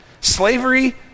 Slavery